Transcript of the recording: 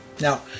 Now